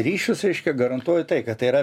ryšius reiškia garantuoju taiką tai yra